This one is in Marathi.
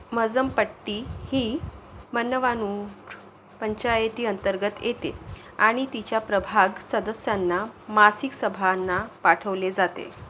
मजमपट्टी ही मन्नवानूर पंचायती अंतर्गत येते आणि तिच्या प्रभाग सदस्यांना मासिक सभांना पाठवले जाते